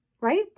right